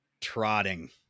trotting